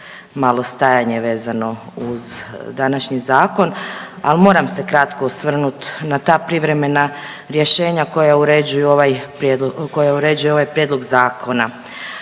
malo stajanje vezano uz današnji zakon. Ali moram se kratko osvrnuti na ta privremena rješenja koja uređuje ovaj Prijedlog zakona.